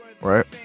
right